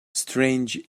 strange